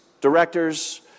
directors